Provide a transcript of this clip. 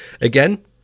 again